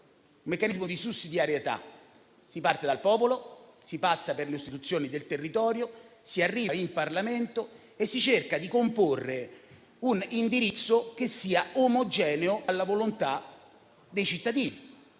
quello di sussidiarietà: si parte dal popolo, si passa per le istituzioni del territorio, si arriva in Parlamento e si cerca di comporre un indirizzo che sia omogeneo alla volontà dei cittadini.